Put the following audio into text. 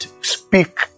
Speak